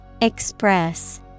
Express